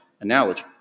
analogy